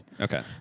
okay